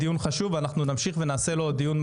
אני מאמין בחודשיים הקרובים.